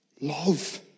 love